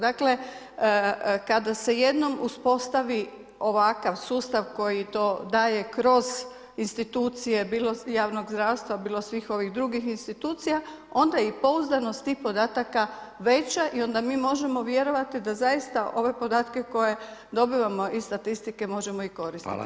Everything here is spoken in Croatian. Dakle, kada se jednom uspostavi ovakav sustav koji to daje kroz institucije bilo javnog zdravstva, bilo svih ovih drugih institucija, onda je i pouzdanost tih podataka veća i onda mi možemo vjerovati da zaista ove podatke koje dobivamo iz statistike možemo i koristiti ispravno.